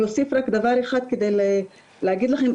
אני אוסיף רק דבר אחד כדי להגיד לכם,